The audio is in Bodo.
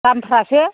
दामफ्रासो